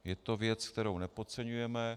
Je to věc, kterou nepodceňujeme.